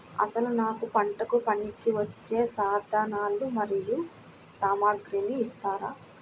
అసలు నాకు పంటకు పనికివచ్చే సాధనాలు మరియు సామగ్రిని ఇస్తారా?